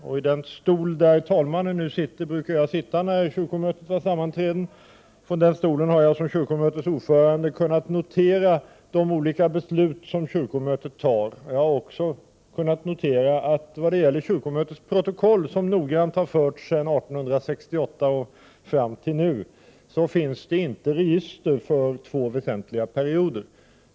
På den stol där talmannen nu sitter brukar jag sitta när kyrkomötet har sammanträden. Från den stolen har jag som kyrkomötets ordförande kunnat notera de olika beslut som kyrkomötet fattar. Jag har också kunnat notera att det till kyrkomötets protokoll, som noggrant har förts sedan 1868 och fram till nu, inte finns något register för två väsentliga perioder.